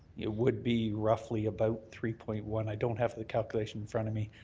it would be roughly about three point one. i don't have the calculation in front of me.